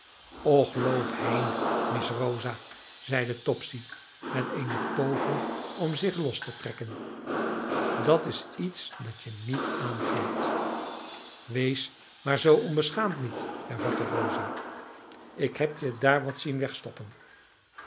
och loop heen miss rosa zeide topsy met eene poging om zich los te trekken dat is iets dat je niet aangaat wees maar zoo onbeschaamd niet hervatte rosa ik heb je daar wat zien wegstoppen